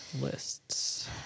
lists